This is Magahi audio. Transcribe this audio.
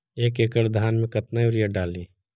एक एकड़ धान मे कतना यूरिया डाली?